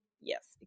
yes